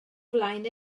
flaen